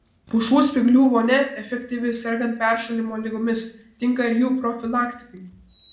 pušų spyglių vonia efektyvi sergant peršalimo ligomis tinka ir jų profilaktikai